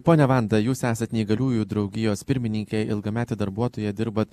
ponia vanda jūs esat neįgaliųjų draugijos pirmininkė ilgametė darbuotoja dirbat